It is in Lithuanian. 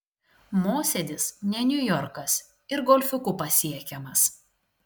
mosėdis ne niujorkas ir golfiuku pasiekiamas